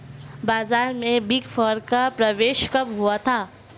बाजार में big four का प्रवेश कब हुआ था?